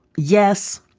yes,